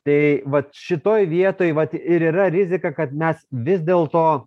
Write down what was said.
tai vat šitoj vietoj vat ir yra rizika kad mes vis dėl to